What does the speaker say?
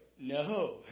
no